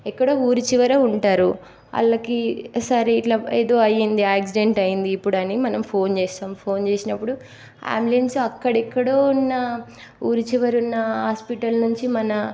ఎక్కడో ఊరి చివర ఉంటారు వాళ్ళకి సరే ఇట్ల ఏదో అయ్యింది యాక్సిడెంట్ అయ్యింది ఇప్పుడని మనం ఫోన్ చేస్తాం ఫోన్ చేసినప్పుడు అంబులెన్స్ అక్కడ ఎక్కడో ఉన్న ఊరి చివర ఉన్న హాస్పిటల్ నుంచి మన